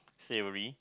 savoury